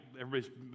Everybody's